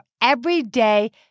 everyday